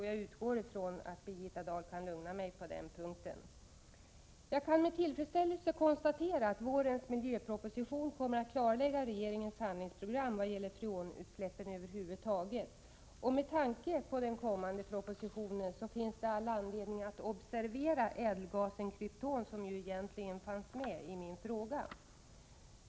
Jag utgår ifrån att Birgitta Dahl kan lugna mig på den punkten. Jag kan med tillfredsställelse konstatera att vårens miljöproposition kommer att klarlägga regeringens handlingsprogram i vad gäller freonutsläppen över huvud taget. Med tanke på den kommande propositionen finns det all anledning att observera ädelgasen krypton, som egentligen var orsaken till min fråga.